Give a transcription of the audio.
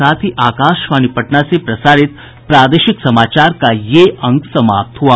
इसके साथ ही आकाशवाणी पटना से प्रसारित प्रादेशिक समाचार का ये अंक समाप्त हुआ